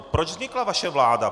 Proč vznikla vaše vláda?